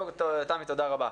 תמי, תודה רבה.